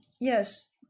yes